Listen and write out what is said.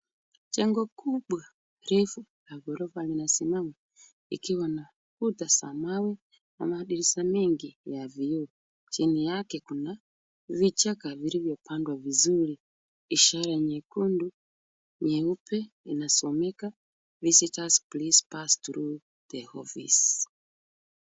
Jengo kubwa, refu la ghorofa limesimama likiwa na kuta za mawe na madirisha mengi ya vioo, chini yake kuna vichaka vilivyo pandwa vizuri. Ishara nyekundu, nyeupe inasomeka visitors please pass through the office .